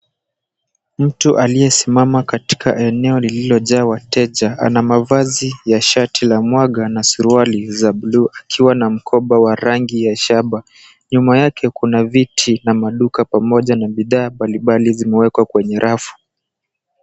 Mtu aliyesimama katika eneo lililojaa wateja, ana mavazi ya shati la mwanga na suruali za bluu akiwa na mkoba wa rangi ya shaba. Nyuma yake kuna viti na maduka, pamoja na bidhaa mbalimbali zimewekwa kwenye rafu.